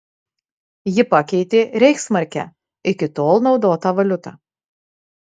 ji pakeitė reichsmarkę iki tol naudotą valiutą